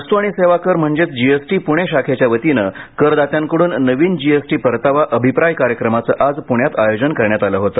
वस्तू व सेवा कर म्हणजे जीएसटी पूणे शाखेच्यावतीने करदात्याकडून नवीन जी एस टी परतावा अभिप्राय कार्यक्रमाचे आज पुण्यात आयोजन करण्यात आले होते